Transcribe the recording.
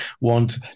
want